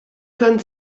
können